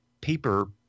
paper